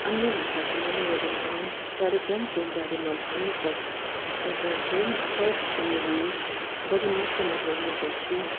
अन्य भाषाको मनोरञ्जन कार्यम् कार्यक्रमको बारेमा भन्नुपर्दा पर्दा चाहिँ साउथको मुभी बढी मात्रामा हेर्ने गर्छु